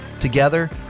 Together